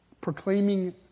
proclaiming